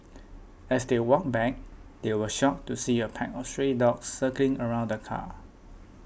as they walked back they were shocked to see a pack of stray dogs circling around the car